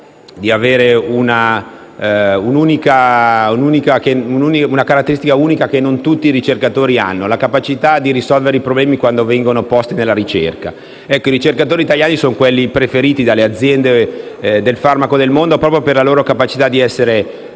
hanno una caratteristica unica che non tutti i ricercatori hanno: la capacità di risolvere i problemi quando vengono posti nella ricerca. I ricercatori italiani sono preferiti dalle aziende del farmaco nel mondo per la loro capacità di essere rigorosi